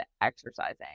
exercising